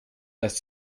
dass